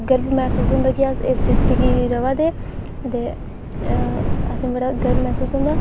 गर्व महसूस होंदा की अस इस डिस्ट्रिक्ट गी रवा नै आं ते अस बड़ा गर्व महसूस होंदा